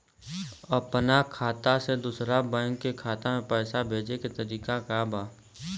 अपना खाता से दूसरा बैंक के खाता में पैसा भेजे के तरीका का बा?